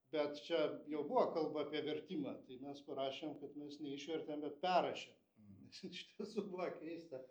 bet čia jau buvo kalba apie vertimą tai mes parašėm kad mes neišvertėm bet perrašėm nes iš tiesų buvo keista